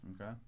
Okay